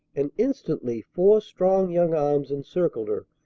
and instantly four strong young arms encircled her,